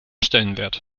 stellenwert